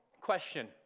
Question